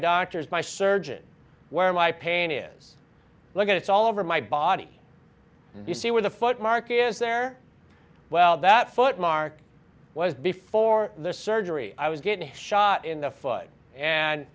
doctors my surgeon where my pain is look at it's all over my body and you see where the foot mark is there well that foot mark was before the surgery i was getting shot in the foot and